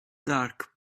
dark